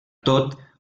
tot